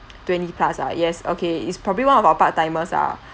twenty plus ah yes okay is probably one of our part timers ah